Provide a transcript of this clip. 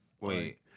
wait